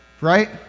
right